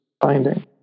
finding